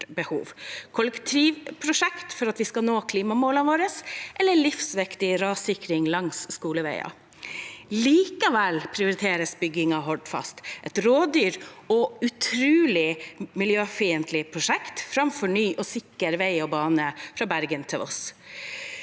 kollektivprosjekt for at vi skal nå klimamålene våre eller livsviktig rassikring langs skoleveier. Likevel prioriteres bygging av Hordfast, et rådyrt og utrolig miljøfiendtlig prosjekt, framfor ny og sikker vei og bane fra Bergen til Voss.